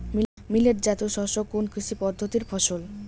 Millet জাতীয় শস্য কোন কৃষি পদ্ধতির ফসল?